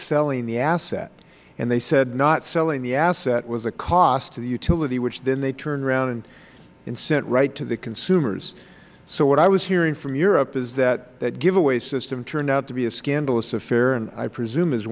selling the asset and they said not selling the asset was a cost to the utility which then they turned around and sent right to the consumers so what i was hearing from europe is that give away system turned out to be a scandalous affair and i presume